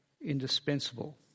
indispensable